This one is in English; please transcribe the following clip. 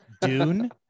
dune